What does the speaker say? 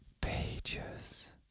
Pages